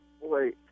Wait